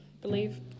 believe